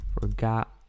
forgot